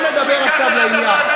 אבל בואו נדבר עכשיו לעניין.